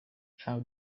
how